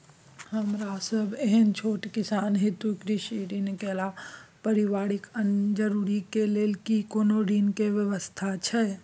हमरा सब एहन छोट किसान हेतु कृषि ऋण के अलावा पारिवारिक अन्य जरूरत के लेल की कोनो ऋण के व्यवस्था छै?